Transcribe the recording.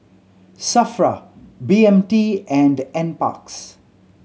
SAFRA B M T and Nparks